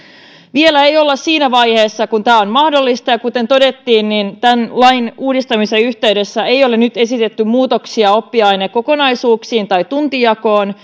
vielä ei olla siinä vaiheessa että tämä on mahdollista kuten todettiin tämän lain uudistamisen yhteydessä ei ole nyt esitetty muutoksia oppiainekokonaisuuksiin tai tuntijakoon